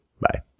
Bye